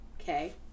okay